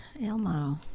Elmo